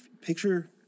picture